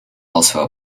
also